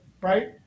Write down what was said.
right